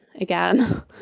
again